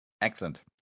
Excellent